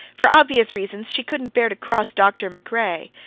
for obvious reasons, she couldn't bear to cross dr. macrae,